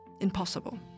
impossible